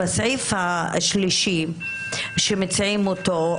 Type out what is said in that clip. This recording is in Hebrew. בסעיף השלישי שמציעים אותו,